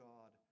God